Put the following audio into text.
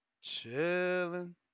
Chilling